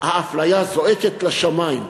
האפליה זועקת לשמים.